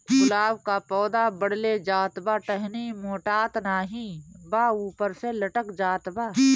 गुलाब क पौधा बढ़ले जात बा टहनी मोटात नाहीं बा ऊपर से लटक जात बा?